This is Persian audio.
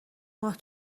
ماه